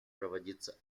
проводиться